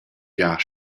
gia